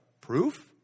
Proof